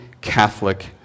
Catholic